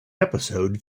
episode